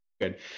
good